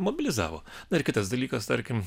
mobilizavo na ir kitas dalykas tarkim